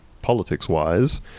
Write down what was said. politics-wise